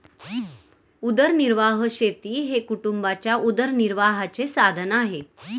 उदरनिर्वाह शेती हे कुटुंबाच्या उदरनिर्वाहाचे साधन आहे